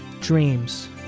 Dreams